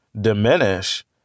diminish